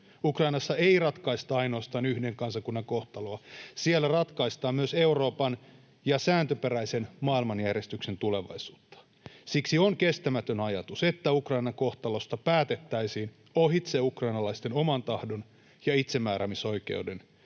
Ukrainassa ei ratkaista ainoastaan yhden kansakunnan kohtaloa. Siellä ratkaistaan myös Euroopan ja sääntöperäisen maailmanjärjestyksen tulevaisuutta. Siksi on kestämätön ajatus, että Ukrainan kohtalosta päätettäisiin ohitse ukrainalaisten oman tahdon ja itsemääräämisoikeuden.